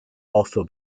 also